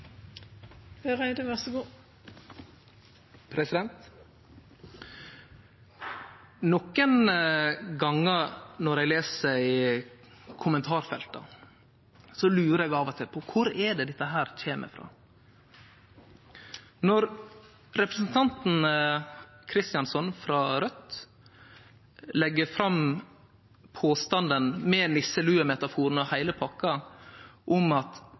les kommentarfelt, lurer eg på: Kvar kjem dette frå? Når representanten Kristjánsson, frå Raudt, legg fram påstanden – med nisselue-metafor og heile pakka – om at